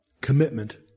commitment